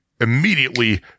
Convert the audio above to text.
immediately